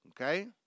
Okay